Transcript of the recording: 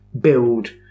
build